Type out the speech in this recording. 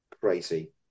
crazy